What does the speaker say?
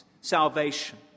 salvation